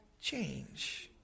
change